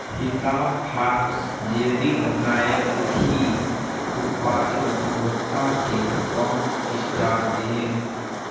हिता फार्म्स जैविक गायक घी उत्पादक गुणवत्ताकेंँ पाँच स्टार दिअऽ